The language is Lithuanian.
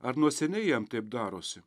ar nuo seniai jam taip darosi